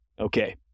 Okay